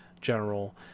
general